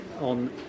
on